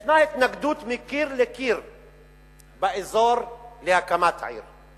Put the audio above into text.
יש התנגדות מקיר לקיר באזור להקמת העיר,